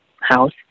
house